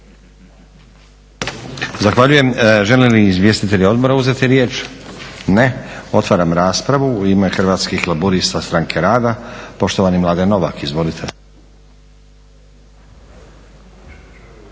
Zahvaljujem. Žele li izvjestitelji odbora uzeti riječ? Ne. U ime Hrvatskih laburista-Stranke rada poštovani Mladen Novak. Izvolite.